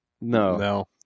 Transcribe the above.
No